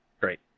Great